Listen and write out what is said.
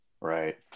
Right